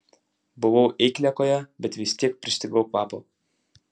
buvau eikliakojė bet vis tiek pristigau kvapo